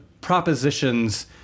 propositions